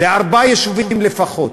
בארבעה יישובים לפחות.